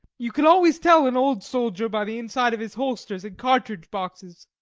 you can always tell an old soldier by the inside of his holsters and cartridge boxes.